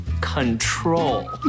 control